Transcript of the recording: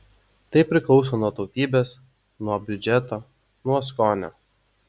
tai priklauso nuo tautybės nuo biudžeto nuo skonio